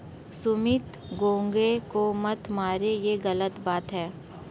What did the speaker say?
सुमित घोंघे को मत मारो, ये गलत बात है